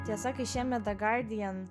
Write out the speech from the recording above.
tiesa kai šiemet the guardian